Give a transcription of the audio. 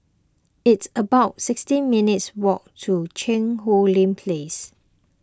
it's about sixty minutes' walk to Cheang Hong Lim Place